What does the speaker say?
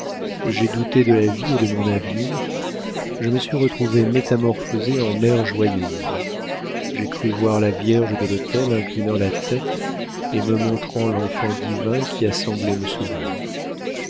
j'ai douté de la vie et de mon avenir je me suis retrouvée métamorphosée en mère joyeuse j'ai cru voir la vierge de l'autel inclinant la tête et me montrant l'enfant divin qui a semblé me sourire